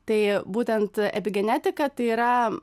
tai būtent epigenetika tai yra